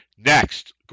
Next